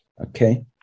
Okay